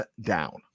down